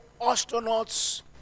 astronauts